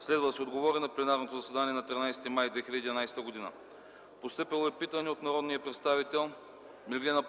Следва да се отговори в пленарното заседание на 13 май 2011 г. Постъпило е питане от народния представител Меглена